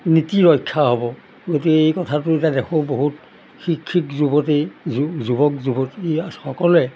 নীতি ৰক্ষা হ'ব গতিকে এই কথাটো এতিয়া দেখোঁ বহুত শিক্ষিক যুৱতী যু যুৱক যুৱতী আছ সকলোৱে